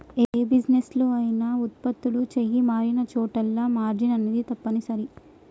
యే బిజినెస్ లో అయినా వుత్పత్తులు చెయ్యి మారినచోటల్లా మార్జిన్ అనేది తప్పనిసరి